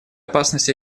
опасность